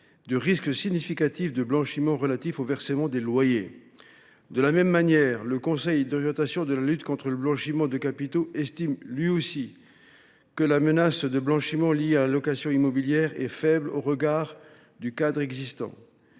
de risque significatif de blanchiment relatif au versement des loyers. De la même manière, le Conseil d’orientation de la lutte contre le blanchiment des capitaux et le financement du terrorisme estime, lui aussi, que la menace de blanchiment liée à la location immobilière est faible au regard du cadre existant.